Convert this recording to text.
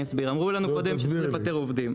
אמרו לנו קודם שצריך לפטר עובדים,